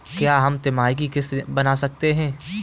क्या हम तिमाही की किस्त बना सकते हैं?